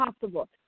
possible